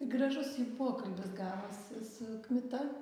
gražus jų pokalbis gavosi su kmita